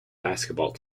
basketball